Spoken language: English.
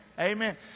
Amen